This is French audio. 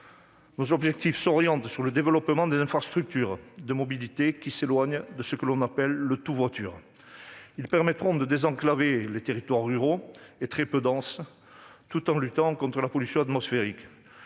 Nous cherchons désormais à développer des infrastructures de mobilité qui s'éloignent de ce que l'on appelle le « tout-voiture ». Cette politique permettra de désenclaver les territoires ruraux et très peu denses, tout en luttant contre la pollution atmosphérique.